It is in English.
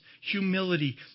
humility